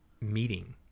meeting